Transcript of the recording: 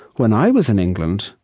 when i was in england,